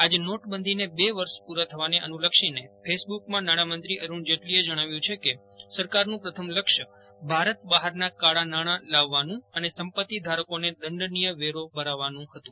આજે નોટબંધીને બે વર્ષ પૂરા થવાને અનુલક્ષીને ફેસબુકમાં નાજ્ઞામંત્રી જેટલીએ જજ્ઞાવ્યું છે કે સરકારનું પ્રથમ લક્ષ ભારત બહારના કાળા નાણાં લાવવાનું અને સંપત્તિ ધારકોને દંડનીય વેરો ભરાવવાનું હતું